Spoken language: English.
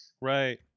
right